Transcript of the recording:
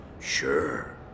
Sure